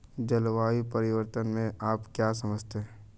जलवायु परिवर्तन से आप क्या समझते हैं?